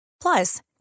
Plus